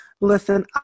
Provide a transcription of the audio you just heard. Listen